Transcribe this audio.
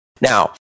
Now